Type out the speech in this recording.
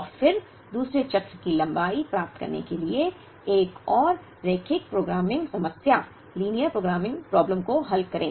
और फिर दूसरे चक्र की लंबाई प्राप्त करने के लिए एक और रैखिक प्रोग्रामिंग समस्या लिनियर प्रोग्रामिंग प्रोबलम को हल करें